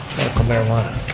marijuana.